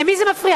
למי זה מפריע?